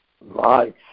life